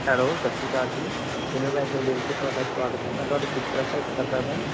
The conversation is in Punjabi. ਹੈਲੋ ਸਤਿ ਸ਼੍ਰੀ ਅਕਾਲ ਜੀ ਸੀਨੀਅਰ ਬੈਂਕ ਇੰਡੀਆ ਵਿਚ ਤੁਹਾਡਾ ਸਆਗਤ ਹੈ ਮੈਂ ਤੁਹਾਡੀ ਕਿਸ ਤਰ੍ਹਾਂ ਦੀ ਸਹਾਇਤਾ ਕਰ ਸਕਦਾ